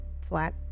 Flat